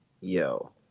Yo